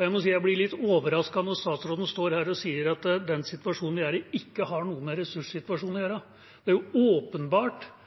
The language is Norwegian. Jeg må si jeg blir litt overrasket når statsråden står her og sier at den situasjonen vi er i, ikke har noe med ressurssituasjonen å